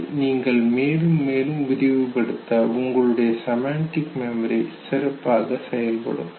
அதை நீங்கள் மேலும் மேலும் விரிவுபடுத்த உங்களுடைய செமண்டிக் மெமரி சிறப்பாக செயல்படும்